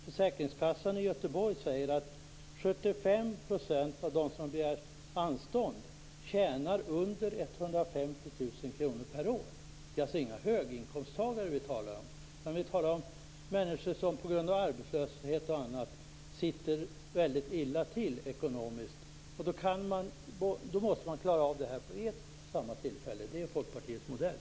Försäkringskassan i Göteborg säger att 75 % av dem som begär anstånd tjänar under 150 000 kr per år. Det är alltså inga höginkomsttagare vi talar om, utan vi talar om människor som på grund av arbetslöshet och annat sitter väldigt illa till ekonomiskt. Då måste man klara av det här vid ett och samma tillfälle. Det är Folkpartiets modell.